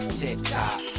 tick-tock